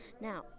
Now